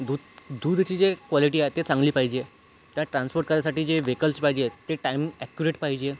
दूधची जे क्वालिटी आहे ते चांगली पाहिजे त्या ट्रान्सपोर्ट करायसाठी जे वेहिकल्स पाहिजे ते टाईम ॲक्युरेट पाहिजे